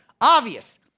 obvious